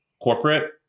corporate